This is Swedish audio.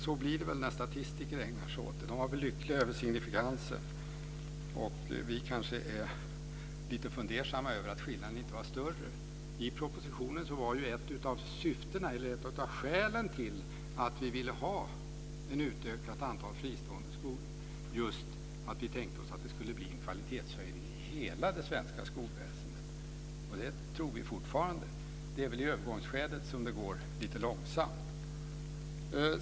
Så blir det väl när statistiker ägnar sig åt det. De var väl lyckliga över signifikansen. Vi är kanske lite fundersamma över att skillnaden inte var större. Ett av skälen i propositionen till att vi ville ha ett utökat antal fristående skolor var just att vi tänkte oss att det skulle bli en kvalitetshöjning i hela det svenska skolväsendet. Det tror vi fortfarande. Det är väl i övergångsskedet som det går lite långsamt.